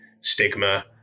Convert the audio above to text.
stigma